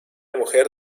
mujer